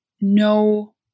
no